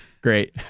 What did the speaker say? Great